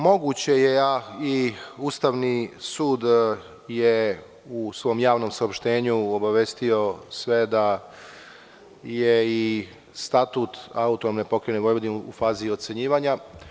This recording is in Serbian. Moguće je i Ustavni sud je u svoj javnom saopštenju obavestio sve da je i Statut AP Vojvodine u fazi ocenjivanja.